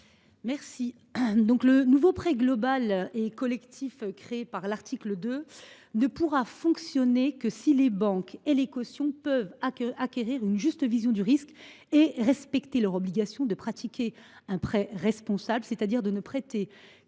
Le nouveau prêt global et collectif créé à l’article 2 ne pourra fonctionner que si les banques et les cautions peuvent acquérir une juste vision du risque et respecter leur obligation de pratiquer un prêt responsable, c’est à dire de ne prêter qu’à